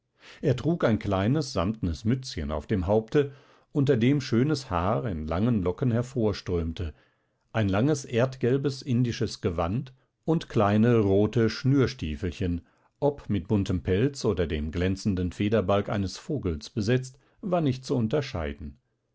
er trug ein kleines samtnes mützchen auf dem haupte unter dem schönes haar in langen locken hervorströmte ein langes erdgelbes indisches gewand und kleine rote schnürstiefelchen ob mit buntem pelz oder dem glänzenden federbalg eines vogels besetzt war nicht zu unterscheiden